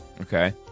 Okay